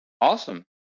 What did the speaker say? Awesome